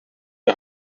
die